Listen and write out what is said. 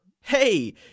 hey